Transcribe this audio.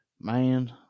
man